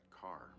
car